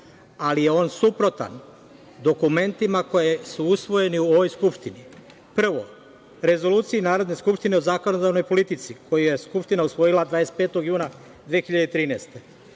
ali je on suprotan dokumentima koji su usvojeni u ovoj Skupštini, prvo, Rezoluciji Narodne skupštine o zakonodavnoj politici, koju je Skupština usvojila 25. juna 2013.